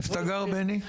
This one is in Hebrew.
איפה אתה גר, בני?